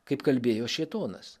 kaip kalbėjo šėtonas